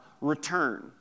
return